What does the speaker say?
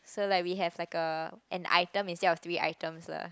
so like we have like a an item instead of three items lah